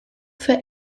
für